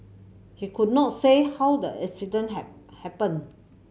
he could not say how the accident had happened